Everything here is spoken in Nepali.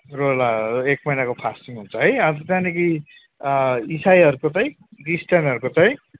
रोजा एक महिनाको फास्टिङ हुन्छ है अब त्यहाँदेखि इसाईहरूको चाहिँ क्रिस्टियनहरूको चाहिँ